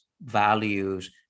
values